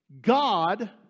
God